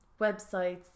websites